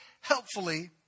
helpfully